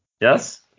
yes